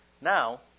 Now